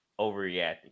overreacting